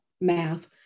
math